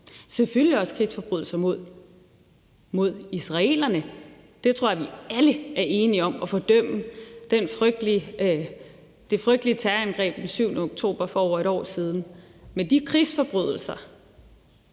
selvfølgelig også på krigsforbrydelser mod israelerne. Jeg tror, vi alle er enige om at fordømme det frygtelige terrorangreb den 7. oktober for over et år siden. Med de krigsforbrydelser,